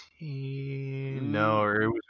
no